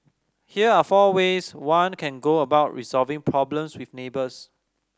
here are four ways one can go about resolving problems with neighbours